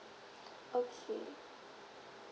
okay